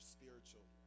Spiritual